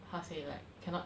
how to say like cannot